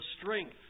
strength